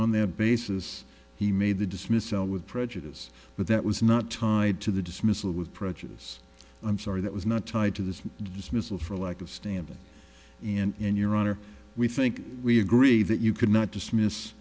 on that basis he made the dismissal with prejudice but that was not tied to the dismissal with prejudice i'm sorry that was not tied to the dismissal for lack of standing and your honor we think we agree that you could not dismiss